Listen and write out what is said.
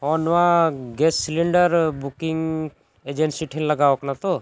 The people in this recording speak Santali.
ᱦᱮᱸ ᱱᱚᱣᱟ ᱜᱮᱥ ᱥᱤᱞᱤᱱᱰᱟᱨ ᱵᱩᱠᱤᱝ ᱮᱡᱮᱱᱥᱤ ᱴᱷᱮᱱ ᱞᱟᱜᱟᱣ ᱟᱠᱟᱱᱟ ᱛᱚ